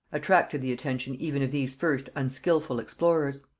attracted the attention even of these first unskilful explorers.